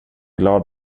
glad